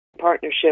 Partnership